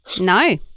No